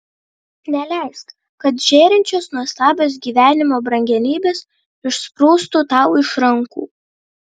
neleisk kad žėrinčios nuostabios gyvenimo brangenybės išsprūstų tau iš rankų